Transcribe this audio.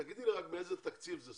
תגידי לי רק באיזה תקציב זה,